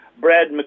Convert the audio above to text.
Brad